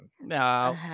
No